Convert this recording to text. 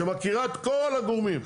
שמכירה את כל הגורמים,